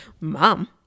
mom